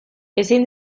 ezin